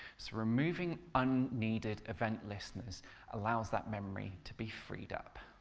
so removing unneeded event listeners allows that memory to be freed up.